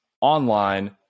online